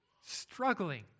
struggling